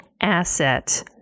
asset